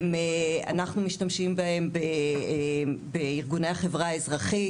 אנחנו משתמשים בהם בארגוני החברה האזרחית.